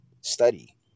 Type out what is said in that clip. study